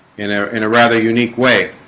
in ah in a rather unique way